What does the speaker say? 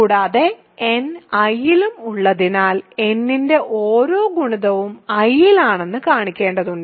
കൂടാതെ n I ലും ഉള്ളതിനാൽ n ന്റെ ഓരോ ഗുണിതവും I ലാണെന്ന് കാണിക്കേണ്ടതുണ്ട്